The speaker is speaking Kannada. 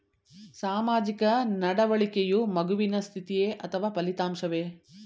ಸಾಮಾಜಿಕ ನಡವಳಿಕೆಯು ಮಗುವಿನ ಸ್ಥಿತಿಯೇ ಅಥವಾ ಫಲಿತಾಂಶವೇ?